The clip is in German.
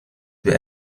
wir